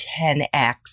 10x